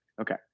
Okay